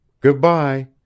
Goodbye